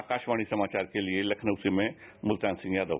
आकाशवाणी समाचार के लिए लखनऊ से में मुल्तान सिंह यादव